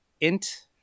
Int